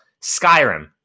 Skyrim